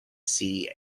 see